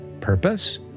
purpose